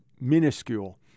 minuscule